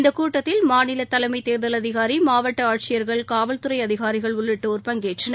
இந்தக் கூட்டத்தில் மாநில தலைமை தேர்தல் அதிகாரி மாவட்ட ஆட்சியர்கள் காவல்துறை அதிகாரிகள் உள்ளிட்டோர் பங்கேற்றனர்